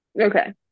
Okay